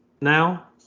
now